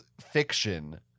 fiction